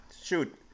shoot